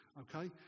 okay